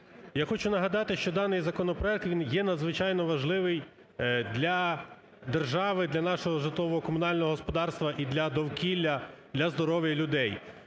я хочу нагадати, що даний законопроект, він є надзвичайно важливий для держави, для нашого житлово-комунального господарства і для довкілля, для здоров'я людей.